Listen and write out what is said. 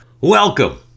welcome